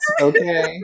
okay